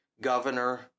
governor